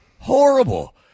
Horrible